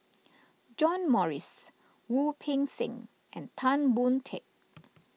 John Morrice Wu Peng Seng and Tan Boon Teik